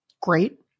great